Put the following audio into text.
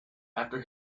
after